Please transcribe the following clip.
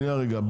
שניה רגע,